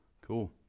Cool